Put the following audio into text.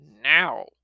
Now